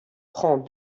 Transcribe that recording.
prend